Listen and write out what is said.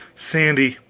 sandy!